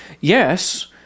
Yes